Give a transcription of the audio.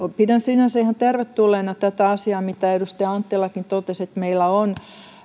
pidän sinänsä ihan tervetulleena tätä asiaa minkä edustaja anttilakin totesi että meillä on